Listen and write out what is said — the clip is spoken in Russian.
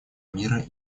мира